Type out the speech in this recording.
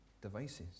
devices